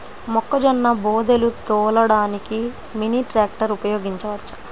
మొక్కజొన్న బోదెలు తోలడానికి మినీ ట్రాక్టర్ ఉపయోగించవచ్చా?